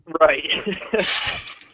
Right